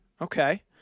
Okay